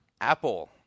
Apple